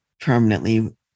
permanently